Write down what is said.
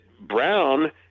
Brown